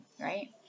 right